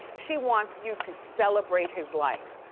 she wants you to celebrate his life.